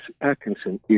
Atkinson